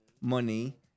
money